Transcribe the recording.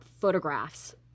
photographs